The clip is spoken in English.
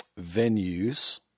venues